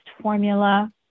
formula